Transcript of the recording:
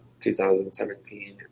2017